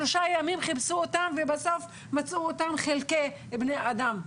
שלושה ימים חיפשו אותם ובסוף מצאו אותם חלקי בני אדם.